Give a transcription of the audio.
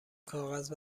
کاغذ